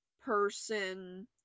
person